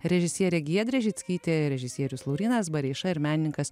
režisierė giedrė žickytė režisierius laurynas bareiša ir menininkas